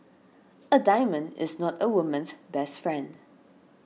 a diamond is not a woman's best friend